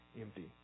empty